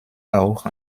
auch